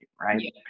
Right